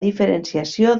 diferenciació